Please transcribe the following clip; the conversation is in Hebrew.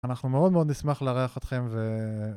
אנחנו מאוד מאוד נשמח לארח אתכם ו...